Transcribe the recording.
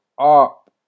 up